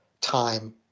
time